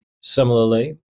Similarly